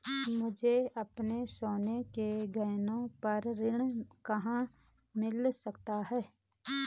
मुझे अपने सोने के गहनों पर ऋण कहाँ मिल सकता है?